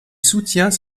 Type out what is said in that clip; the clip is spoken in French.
soutient